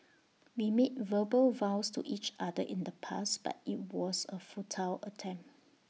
we made verbal vows to each other in the past but IT was A futile attempt